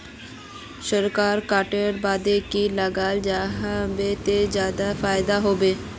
सरसों कटवार बाद की लगा जाहा बे ते ज्यादा फायदा होबे बे?